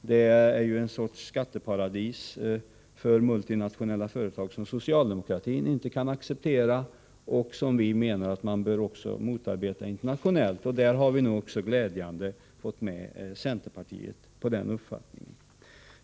Det senare gäller skatteparadis för multinationella företag som socialdemokratin inte kan acceptera och som vi menar att man bör motarbeta också internationellt. Glädjande nog har vi fått med oss centerpartiet på den uppfattningen.